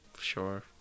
sure